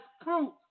proof